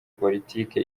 politiki